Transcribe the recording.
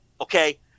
Okay